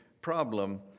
problem